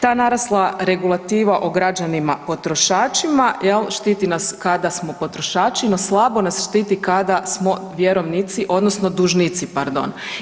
Ta narasla regulativa o građanima potrošačima jel štiti nas kada smo potrošači, no slabo nas štiti kada smo vjerovnici odnosno dužnici, pardon.